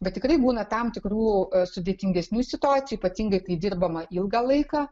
bet tikrai būna tam tikrų sudėtingesnių situacijų ypatingai kai dirbama ilgą laiką